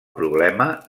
problema